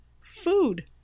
Food